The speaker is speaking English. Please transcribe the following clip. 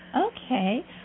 Okay